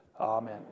Amen